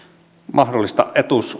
mahdollisesta